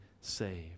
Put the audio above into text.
saved